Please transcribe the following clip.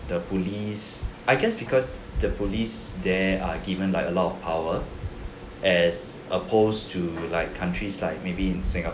the police I guess because the police there are given like a lot of power as opposed to like countries like maybe in singapore